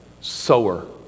sower